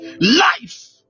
life